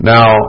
Now